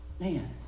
Man